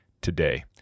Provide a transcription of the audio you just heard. today